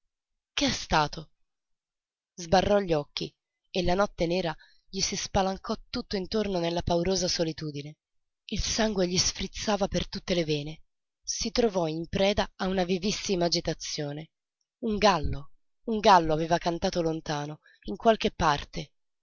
che è stato sbarrò gli occhi e la notte nera gli si spalancò tutt'intorno nella paurosa solitudine il sangue gli sfrizzava per tutte le vene si trovò in preda a una vivissima agitazione un gallo un gallo aveva cantato lontano in qualche parte